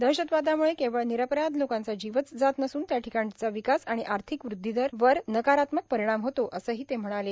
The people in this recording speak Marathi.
दहशतवादाम्ळे केवळ निरअपराध लोकांचा जीवच जात नसून त्या ठिकाणच्या विकास आणि आर्थिक वृद्वीवर नकारात्मक परिणाम होते असंही ते म्हणाले